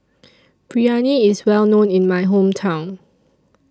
Biryani IS Well known in My Hometown